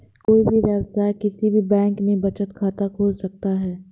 कोई भी वयस्क किसी भी बैंक में बचत खाता खोल सकता हैं